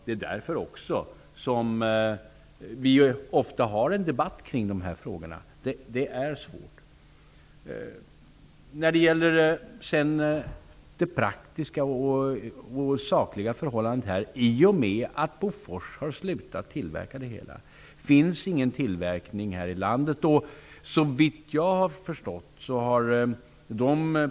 Det är också därför vi ofta har en debatt kring frågorna. Det är svåra frågor. I och med att Bofors har slutat tillverka antipersonella minor finns ingen tillverkning här i landet.